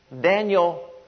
Daniel